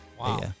Wow